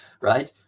right